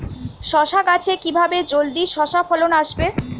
শশা গাছে কিভাবে জলদি শশা ফলন আসবে?